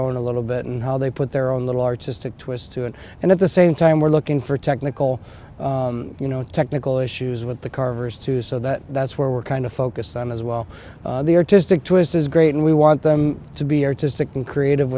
own a little bit and how they put their own little artistic twist to it and at the same time we're looking for technical you know technical issues with the carvers too so that that's where we're kind of focused on as well the artistic twist is great and we want them to be artistic and creative